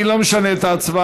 אני לא משנה את ההצבעה,